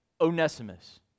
Onesimus